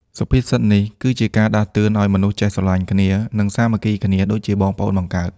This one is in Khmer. សុភាសិតនេះគឺជាការដាស់តឿនឱ្យមនុស្សចេះស្រឡាញ់គ្នា និងសាមគ្គីគ្នាដូចជាបងប្អូនបង្កើត។